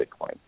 Bitcoin